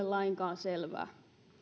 lainkaan selvä